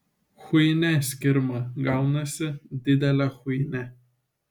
chuinia skirma gaunasi didelė chuinia